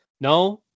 No